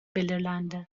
belirlendi